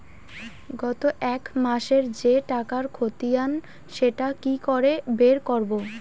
গত এক মাসের যে টাকার খতিয়ান সেটা কি করে বের করব?